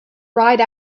ride